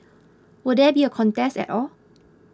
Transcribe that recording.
will there be a contest at all